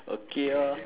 okay orh